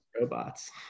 robots